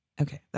Okay